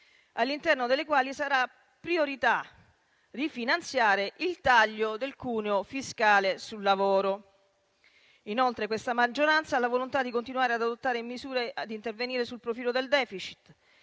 all'interno delle quali sarà priorità rifinanziare il taglio del cuneo fiscale sul lavoro. Inoltre, questa maggioranza ha la volontà di continuare ad intervenire sul profilo del *deficit*,